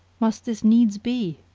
must this needs be?